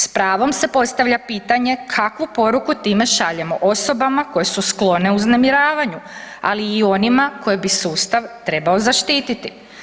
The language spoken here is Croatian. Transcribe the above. S pravom se postavlja pitanje kakvu poruku time šaljemo osobama koje su sklone uznemiravanju, ali i onima koje bi sustav trebao zaštiti.